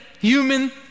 human